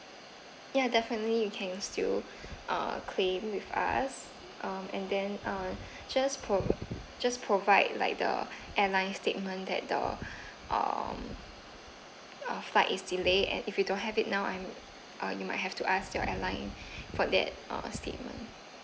ya definitely you can still uh claim with us uh and then uh just pro just provide like the airline statement that the um uh fight is delayed and if you don't have it now I'm uh you might have to ask your airline for that uh statement